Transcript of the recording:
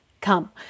come